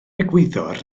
egwyddor